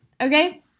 okay